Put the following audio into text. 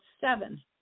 seven